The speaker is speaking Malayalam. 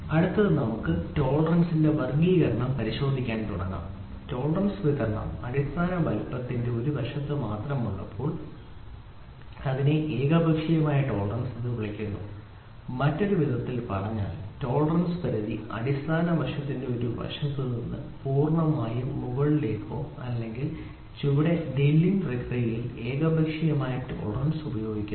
അടുത്തത് നമുക്ക് ടോളറൻസിന്റെ വർഗ്ഗീകരണം പരിശോധിക്കാൻ തുടങ്ങാം ടോളറൻസ് വിതരണം അടിസ്ഥാന വലുപ്പത്തിന്റെ ഒരു വശത്ത് മാത്രമുള്ളപ്പോൾ അതിനെ ഏകപക്ഷീയമായ ടോളറൻസ് എന്ന് വിളിക്കുന്നു മറ്റൊരു വിധത്തിൽ പറഞ്ഞാൽ ടോളറൻസ് പരിധി അടിസ്ഥാന വശത്തിന്റെ ഒരു വശത്ത് പൂർണ്ണമായും മുകളിലോ അല്ലെങ്കിൽ ചുവടെ ഡ്രില്ലിംഗ് പ്രക്രിയയിൽ ഏകപക്ഷീയമായ ടോളറൻസ് ഉപയോഗിക്കുന്നു